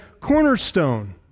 cornerstone